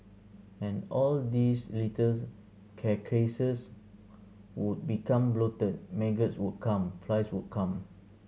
and all these little carcasses would become bloated maggots would come flies would come